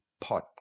pot